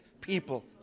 people